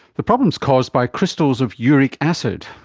the problem is caused by crystals of uric acid.